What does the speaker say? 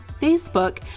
Facebook